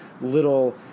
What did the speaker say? little